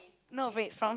no wait from